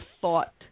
thought